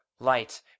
light